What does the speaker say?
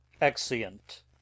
Exeunt